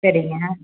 சரிங்க